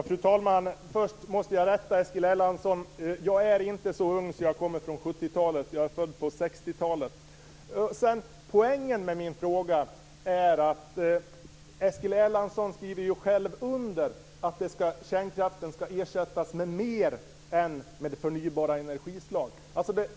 Fru talman! Först måste jag rätta Eskil Erlandsson: Jag är inte så ung så jag kommer från 70-talet. Jag är född på 60-talet. Poängen med min fråga är att Eskil Erlandsson själv skriver under på att kärnkraften ska ersättas också med annat än förnybara energislag.